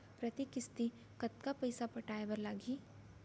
प्रति किस्ती कतका पइसा पटाये बर लागही?